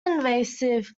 invasive